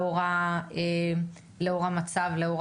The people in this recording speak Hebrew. אלא מי מלווה